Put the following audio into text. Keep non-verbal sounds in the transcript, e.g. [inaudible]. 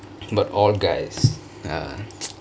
but all guys err [noise]